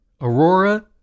Aurora